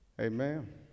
Amen